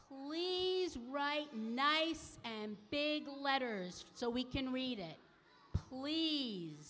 please write nice and big letters so we can read it please